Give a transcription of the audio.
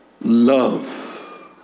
love